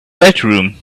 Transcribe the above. bedroom